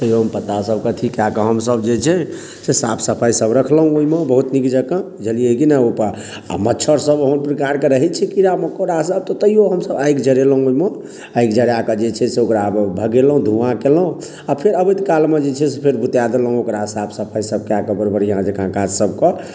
तइयो पत्ता सभके अथी कए कऽ हमसभ जे छै से साफ सफाइ सभ राखलहुॅं ओहिमे बहुत नीक जकऽ बुझलियै कि नहि ओ पा आ मच्छर सभ ओहन प्रकारके रहै छै कीड़ा मकौड़ा सभ तऽ तइयो हमसभ आगि जड़ेलहुॅं ओहिमे आगि जड़ा कऽ जे छै से ओकरा भगेलौ धुआँ केलहुॅं आ फेर अबैत काल मे जे छै से फेर बुता देलहुॅं ओकरा साफ सफाइ सभ कए कऽ बड़ बढ़िऑं जकाॅं काज सभ कऽ